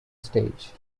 stage